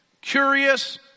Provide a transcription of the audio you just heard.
curious